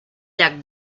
llac